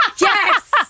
yes